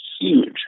huge